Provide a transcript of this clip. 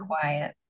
quiet